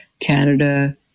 Canada